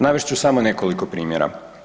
Navest ću samo nekoliko primjera.